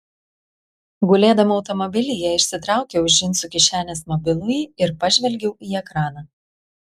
gulėdama automobilyje išsitraukiau iš džinsų kišenės mobilųjį ir pažvelgiau į ekraną